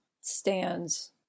stands